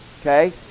okay